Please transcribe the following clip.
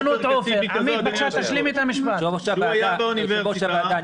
--- למד באוניברסיטה,